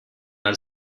are